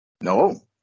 No